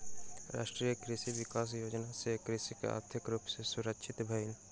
राष्ट्रीय कृषि विकास योजना सॅ कृषक आर्थिक रूप सॅ सुरक्षित भेल